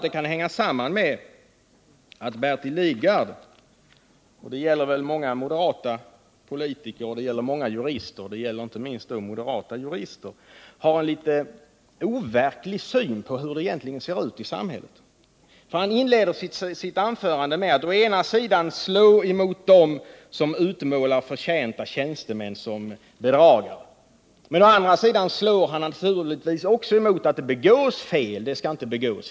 Det kanske hänger samman med att Bertil Lidgard liksom många moderata politiker och många jurister — inte minst moderata jurister — har en litet overklig syn på hur det egentligen ser ut i samhället. Han inleder med att å ena sidan slå mot dem som utmålar förtjänta tjänstemän som bedragare. Men å andra sidan slår han naturligtvis också mot att det begås fel — sådana skall inte förekomma.